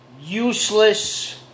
useless